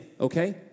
okay